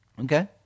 okay